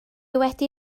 wedi